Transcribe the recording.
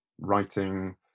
writing